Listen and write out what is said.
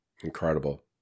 Incredible